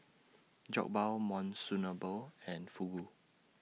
Jokbal Monsunabe and Fugu